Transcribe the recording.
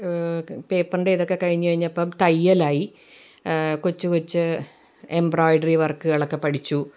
പേപ്പറിൻ്റെ ഇതൊക്കെ കഴിഞ്ഞപ്പം തൈയ്യലായി കൊച്ച് കൊച്ച് എമ്പ്റോയ്ഡറി വർക്കുകളൊക്കെ പഠിച്ചു